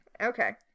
Okay